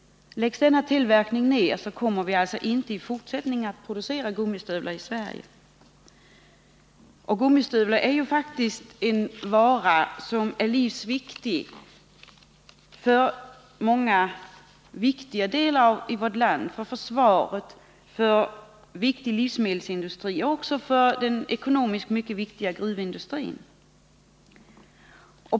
Läggs denna tillverkning ner, kommer vi i fortsättningen inte att producera gummistövlar i Sverige. Gummistövlar är faktiskt en livsviktig vara för många betydelsefulla delar av vårt land — för försvaret, för den viktiga livsmedelsindustrin och för den ekonomiskt mycket betydelsefulla gruvindustrin.